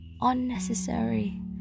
unnecessary